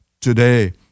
Today